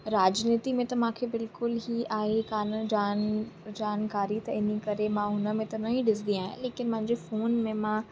राजनीति में त मूंखे बिल्कुलु ई आहे कोन्ह जान जानकारी त इन करे मां हुन में त न ई ॾिसंदी आहियां लेकिन मुंहिंजे फ़ोन में मां